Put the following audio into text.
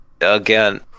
again